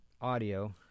audio